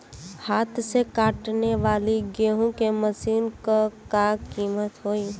हाथ से कांटेवाली गेहूँ के मशीन क का कीमत होई?